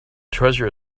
treasure